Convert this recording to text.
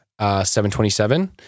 727